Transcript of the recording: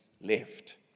left